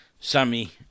Sammy